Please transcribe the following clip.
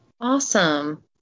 Awesome